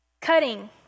cutting